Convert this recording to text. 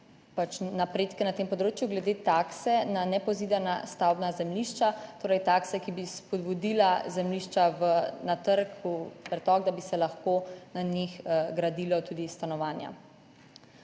podali napredke na tem področju glede takse na nepozidana stavbna zemljišča, torej takse, ki bi spodbudila zemljišča na trgu, pretok, da bi se lahko na njih gradila tudi stanovanja.